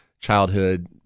childhood